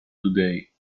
today